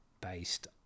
based